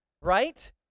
Right